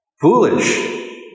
foolish